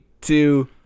two